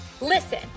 Listen